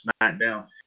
SmackDown